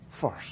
first